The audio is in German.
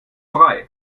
frei